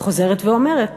חוזרת ואומרת